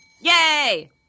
Yay